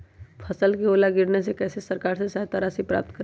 फसल का ओला गिरने से कैसे सरकार से सहायता राशि प्राप्त करें?